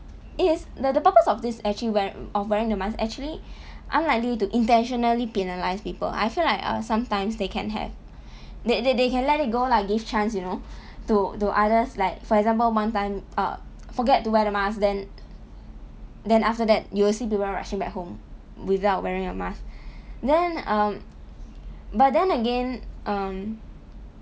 it is the the purpose of this actually wear of wearing the mask actually unlikely to intentionally penalise people I feel like err sometimes they can have they they they can let it go lah give chance you know to to others like for example one time err forget to wear the mask then then after that you will see people rushing back home without wearing a mask then um but then again um